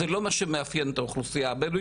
זה לא מה שמאפיין את האוכלוסייה הבדואית,